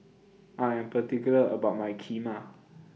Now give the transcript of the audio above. I Am particular about My Kheema